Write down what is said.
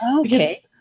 Okay